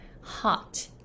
hot